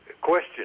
Question